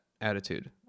attitude